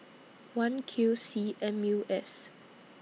one Q C M U S